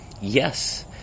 Yes